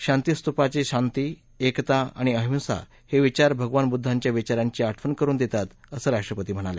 शांतीस्तुपाचे शांती एकता आणि अहिंसा हे विचार भगवान बुद्वांच्या विचारांची आठवण करून देतात असंही राष्ट्रपती म्हणाले